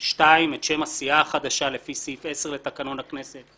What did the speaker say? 2. את שם הסיעה החדשה לפני סעיף 10 לתקנון הכנסת,